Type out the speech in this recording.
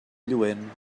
lluent